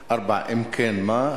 4. אם כן, מה?